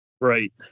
Right